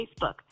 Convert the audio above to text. Facebook